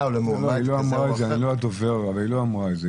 או למועמד כזה או אחר -- היא לא אמרה את זה.